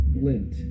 lint